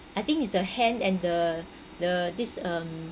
I think is the hand and the the this um